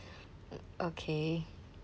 okay